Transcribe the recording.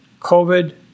COVID